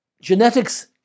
Genetics